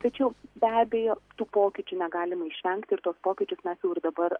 tačiau be abejo tų pokyčių negalima išvengti ir tuos pokyčius mes jau ir dabar